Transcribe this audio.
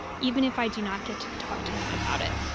even if i do not get to talk to him about it.